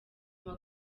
guma